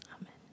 Amen